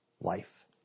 life